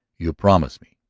you promise me,